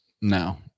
No